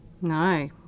No